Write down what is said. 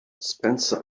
spencer